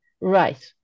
right